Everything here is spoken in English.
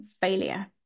failure